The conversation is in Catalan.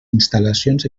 instal·lacions